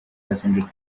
passenger